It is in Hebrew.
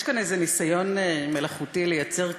יש כאן איזה ניסיון מלאכותי לייצר קטטה,